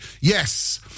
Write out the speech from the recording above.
Yes